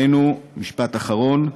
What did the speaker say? משפט אחרון.